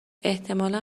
احتمالا